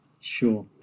Sure